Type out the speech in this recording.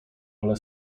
ale